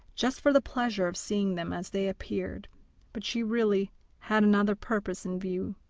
just for the pleasure of seeing them as they appeared but she really had another purpose in view.